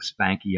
Spanky